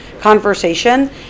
conversation